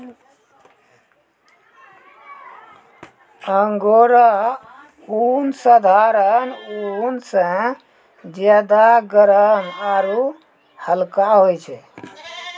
angora ऊन साधारण ऊन स ज्यादा गर्म आरू हल्का होय छै